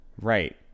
Right